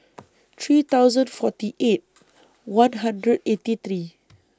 three hundred forty eight one hundred eighty three